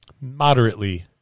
moderately